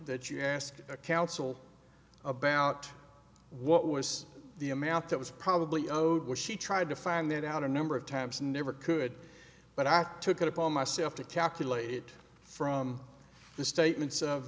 that you asked a council about what was the amount that was probably oh dear she tried to find that out a number of times never could but i took it upon myself to calculate it from the statements of